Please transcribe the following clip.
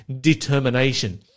determination